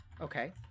Okay